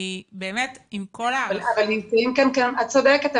את צודקת,